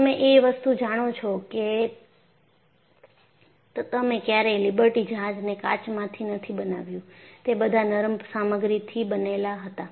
તમે એ વસ્તુ જણો છો કે તમે ક્યારેય લિબર્ટી જહાજને કાચમાંથી નથી બનાવ્યું તે બધા નરમ સામગ્રીથી બનેલા હતા